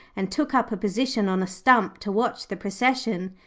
and took up a position on a stump to watch the procession.